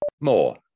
More